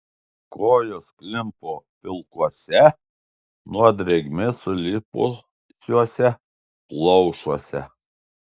kojos klimpo pilkuose nuo drėgmės sulipusiuose plaušuose